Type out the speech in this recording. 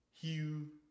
Hugh